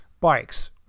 bikes